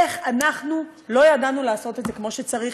איך אנחנו לא ידענו לעשות את זה כמו שצריך?